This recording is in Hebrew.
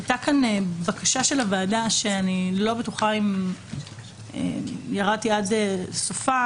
הייתה כאן בקשה של הוועדה שאני לא בטוחה אם ירדתי עד סופה,